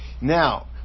Now